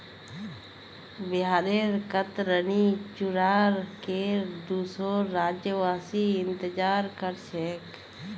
बिहारेर कतरनी चूड़ार केर दुसोर राज्यवासी इंतजार कर छेक